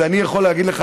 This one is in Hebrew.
אז אני יכול להגיד לך,